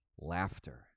laughter